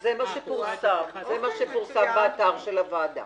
זה מה שפורסם באתר הוועדה.